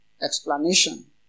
explanation